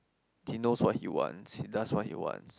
he knows what he wants he does what he wants